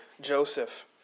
Joseph